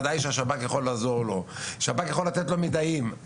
השב"כ יוכל לעזור לו ולתת לו מידעים,